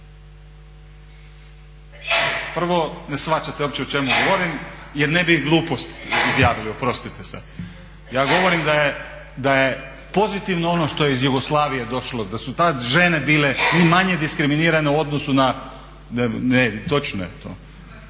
Prvo, ne shvaćate uopće o čemu drugom jer ne bi glupost izjavili, oprostite. Ja govorim da je pozitivno ono što je iz Jugoslavije došlo, da su tada žene bile ni manje diskriminirane u odnosu na. Točno je to.